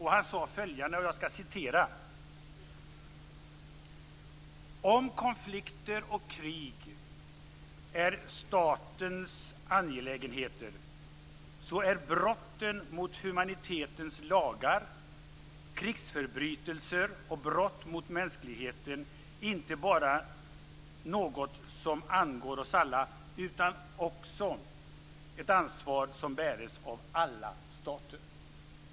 Han sade följande: "Om konflikter och krig är staternas angelägenheter så är brotten mot humanitetens lagar, krigsförbrytelser och brott mot mänskligheten inte bara något som angår oss alla, utan också ett ansvar som bäres av alla stater."